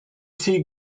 see